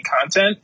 content—